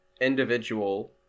individual